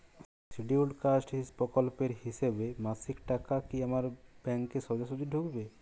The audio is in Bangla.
শিডিউলড কাস্ট প্রকল্পের হিসেবে মাসিক টাকা কি আমার ব্যাংকে সোজাসুজি ঢুকবে?